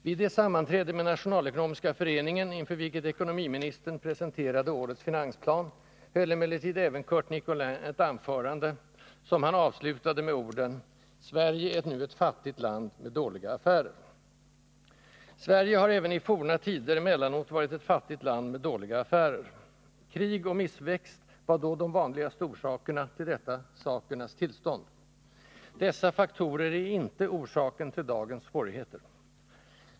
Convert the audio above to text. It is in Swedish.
Vid det sammanträde med Nationalekonomiska föreningen inför vilket ekonomiministern presenterade årets finansplan höll emellertid även Curt Nicolin ett anförande, som han avslutade med orden: ”Sverige är nu ett fattigt land, med dåliga affärer.” Sverige har även i forna tider emellanåt varit ett fattigt land med dåliga affärer. Krig och missväxt var då de vanligaste orsakerna till detta sakernas tillstånd. Dessa faktorer är inte orsaken till dagens svårigheter.